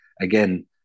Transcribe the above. again